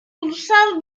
ulusal